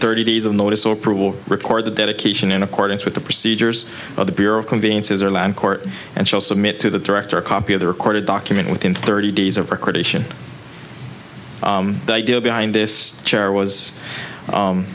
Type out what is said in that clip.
thirty days of notice oprah will record the dedication in accordance with the procedures of the bureau of conveniences or land court and shall submit to the director a copy of the recorded document within thirty days of recreation the idea behind this chair was